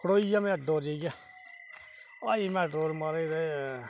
खड़ोइया में अड्डे पर जाइयै आई मैटाडोर म्हाराज ते